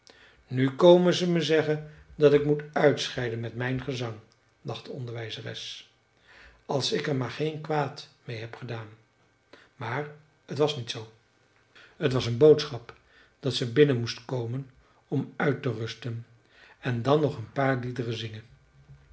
nu komen ze me zeggen dat ik moet uitscheiden met mijn gezang dacht de onderwijzeres als ik er maar geen kwaad meê heb gedaan maar t was niet zoo t was een boodschap dat ze binnen moest komen om uit te rusten en dan nog een paar liederen zingen